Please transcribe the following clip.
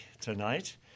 tonight